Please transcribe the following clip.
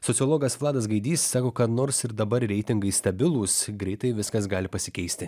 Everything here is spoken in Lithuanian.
sociologas vladas gaidys sako kad nors ir dabar reitingai stabilūs greitai viskas gali pasikeisti